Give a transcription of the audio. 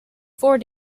four